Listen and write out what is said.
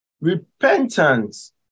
repentance